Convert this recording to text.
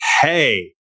hey